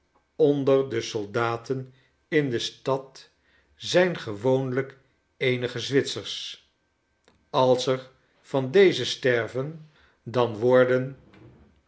onder de soldaten in de stad zijn gewoonlijk eenige zwitsers als er van deze sterven dan worden